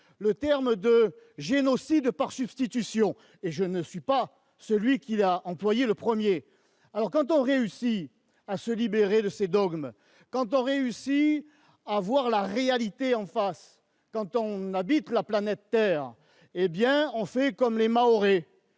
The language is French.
parler de « génocide par substitution »- ce n'est pas moi qui l'ai dit le premier ! Quand on réussit à se libérer de ses dogmes, quand on réussit à voir la réalité en face, quand on habite la planète Terre, eh bien on fait comme les Mahorais